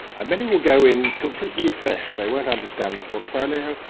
and many will go in completely afresh, they won't understand the portfolio,